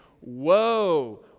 Whoa